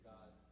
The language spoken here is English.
God